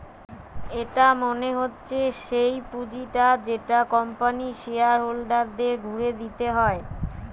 এটা মনে হচ্ছে সেই পুঁজিটা যেটা কোম্পানির শেয়ার হোল্ডারদের ঘুরে দিতে হয়